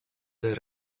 del